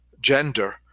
gender